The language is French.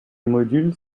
modules